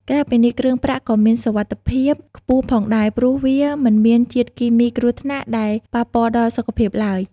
ក្រៅពីនេះ គ្រឿងប្រាក់ក៏មានសុវត្ថិភាពខ្ពស់ផងដែរ ព្រោះវា មិនមានជាតិគីមីគ្រោះថ្នាក់ ដែលប៉ះពាល់ដល់សុខភាពឡើយ។